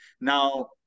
now